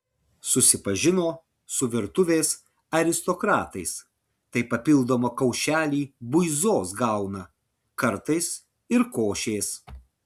susipažino su virtuvės aristokratais tai papildomą kaušelį buizos gauna kartais ir košės